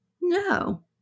No